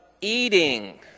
eating